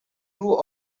rule